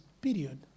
Period